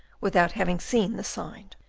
without having seen the sign.